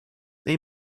they